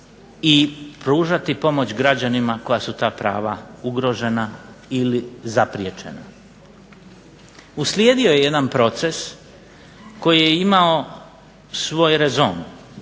i pružati pomoć građanima kojim su ta prava ugrožena ili zapriječena. Uslijedio je jedan proces koji je imao svoj rezon,